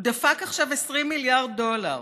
הוא דפק עכשיו 20 מיליארד דולר.